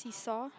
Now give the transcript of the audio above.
seesaw